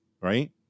right